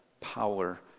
power